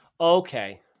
Okay